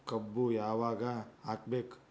ಕಬ್ಬು ಯಾವಾಗ ಹಾಕಬೇಕು?